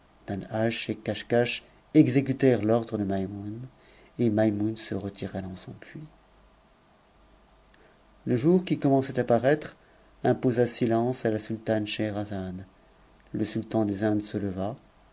et caschcasch exécutèrent l'ordre de maimoune et maimoune se retira daus son puits le jour qui commençait à paraître imposa silence à la sultane schcherazade le sultan des indes se leva